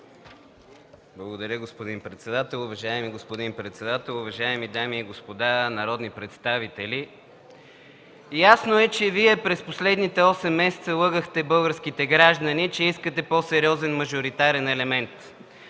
Благодаря, господин председател. Уважаеми господин председател, уважаеми дами и господа народни представители! Ясно е, че Вие през последните осем месеца лъгахте българските граждани, че искате по-сериозен мажоритарен елемент.